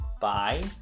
bye